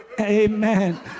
amen